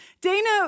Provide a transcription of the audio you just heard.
Dana